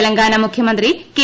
തെലങ്കാന മുഖ്യമന്ത്രി കെ